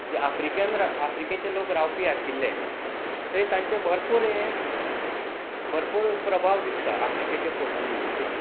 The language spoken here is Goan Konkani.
जे आफ्रिकन आफ्रिकेचे लोक रावपी आशिल्ले ते तांचे भरपूर हे भरपूर प्रभाव दिसता आफ्रिकेचे पुर्तुगीजीचेर